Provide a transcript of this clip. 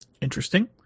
Interesting